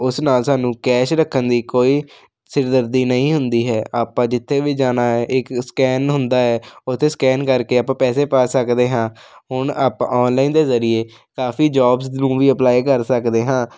ਉਸ ਨਾਲ ਸਾਨੂੰ ਕੈਸ਼ ਰੱਖਣ ਦੀ ਕੋਈ ਸਿਰ ਦਰਦੀ ਨਹੀਂ ਹੁੰਦੀ ਹੈ ਆਪਾਂ ਜਿੱਥੇ ਵੀ ਜਾਣਾ ਹੈ ਇੱਕ ਸਕੈਨ ਹੁੰਦਾ ਹੈ ਉਸਤੋਂ ਸਕੈਨ ਕਰਕੇ ਆਪਾਂ ਪੈਸੇ ਪਾ ਸਕਦੇ ਹਾਂ ਹੁਣ ਆਪਾਂ ਆਨਲਾਈਨ ਦੇ ਜ਼ਰੀਏ ਕਾਫ਼ੀ ਜੋਬਸ ਨੂੰ ਵੀ ਅਪਲਾਈ ਕਰ ਸਕਦੇ ਹਾਂ